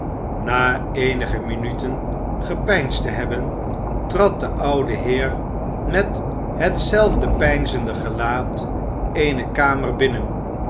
na eenige minuten gepeinsd te hebben trad de oude heer met hetzelfde peinzende gelaat eene kamer binnen